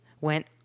went